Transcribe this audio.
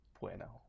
bueno